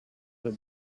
that